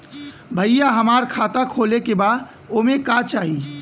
भईया हमार खाता खोले के बा ओमे का चाही?